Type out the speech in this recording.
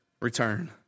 return